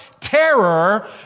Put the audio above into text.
terror